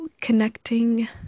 connecting